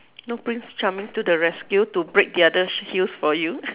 no prince charming to the rescue to break the other sh~ heels for you